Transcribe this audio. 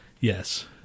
Yes